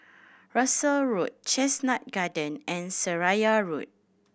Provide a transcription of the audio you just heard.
Russel Road Chestnut Garden and Seraya Road